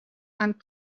and